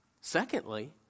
Secondly